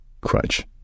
crutch